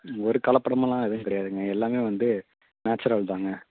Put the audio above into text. ஒரு கலப்படமெலாம் எதுவும் கிடையாதுங்க எல்லாமே வந்து நேச்சுரல் தாங்க